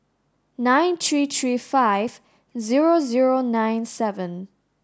nine three three five zero zero nine seven